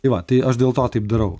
tai va tai aš dėl to taip darau